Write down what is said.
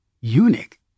eunuch